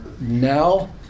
Now